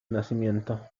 nacimiento